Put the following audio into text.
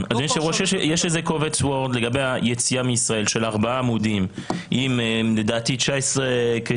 יש קובץ וורד לגבי היציאה מישראל של ארבעה עמודים עם 19 קריטריונים.